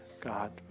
God